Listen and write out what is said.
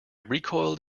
recoiled